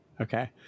Okay